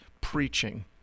preaching